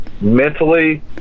mentally